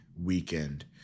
weekend